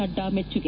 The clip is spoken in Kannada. ನಡ್ನಾ ಮೆಚ್ಚುಗೆ